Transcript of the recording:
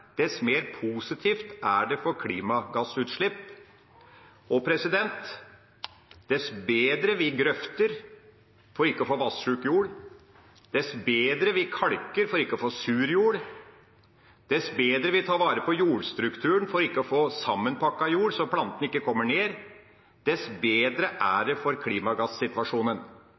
Dess mer fruktbar jorda er, dess mer positivt er det for klimagassutslippene. Dess bedre vi grøfter for ikke å få vassjuk jord, dess bedre vi kalker for ikke å få sur jord, dess bedre vi tar vare på jordstrukturen for ikke å få sammenpakket jord så plantene ikke kommer ned, dess bedre er det for klimagassituasjonen.